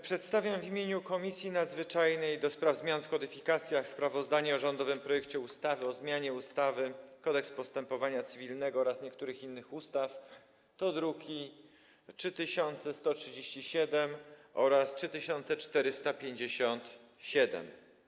Przedstawiam w imieniu Komisji Nadzwyczajnej do spraw zmian w kodyfikacjach sprawozdanie o rządowym projekcie ustawy o zmianie ustawy Kodeks postępowania cywilnego oraz niektórych innych ustaw, druki nr 3137 oraz 3457.